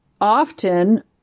often